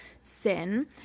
sin